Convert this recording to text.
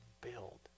build